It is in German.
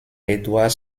eduard